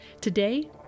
Today